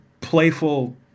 playful